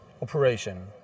operation